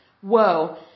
whoa